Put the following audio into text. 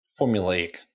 formulaic